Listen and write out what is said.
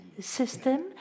system